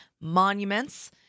Monuments